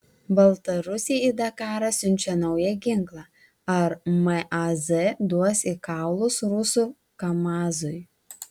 baltarusiai į dakarą siunčia naują ginklą ar maz duos į kaulus rusų kamazui